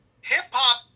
hip-hop